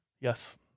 Yes